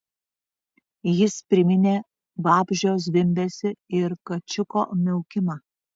jis priminė vabzdžio zvimbesį ir kačiuko miaukimą